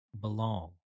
belong